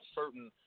certain